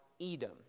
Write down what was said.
Edom